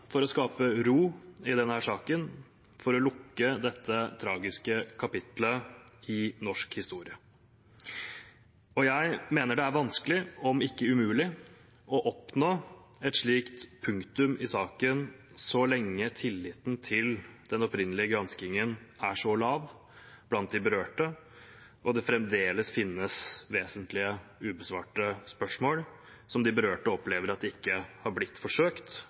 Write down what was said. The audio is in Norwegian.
for å skape ro i denne saken, for å lukke dette tragiske kapitlet i norsk historie. Jeg mener det er vanskelig – om ikke umulig – å oppnå et slikt punktum i saken så lenge tilliten til den opprinnelige granskingen er så lav blant de berørte, og det fremdeles finnes vesentlige, ubesvarte spørsmål som de berørte opplever at ikke har blitt forsøkt